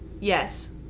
Yes